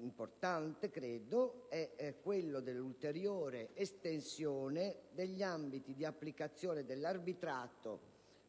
importante è quello dell'ulteriore estensione degli ambiti di applicazione dell'arbitrato